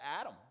Adam